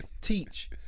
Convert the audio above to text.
teach